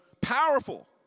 powerful